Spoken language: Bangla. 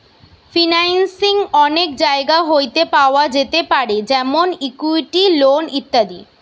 ফাইন্যান্সিং অনেক জায়গা হইতে পাওয়া যেতে পারে যেমন ইকুইটি, লোন ইত্যাদি